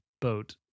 boat